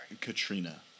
Katrina